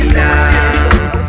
now